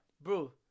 bro